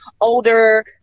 older